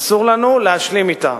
אסור לנו להשלים אתה.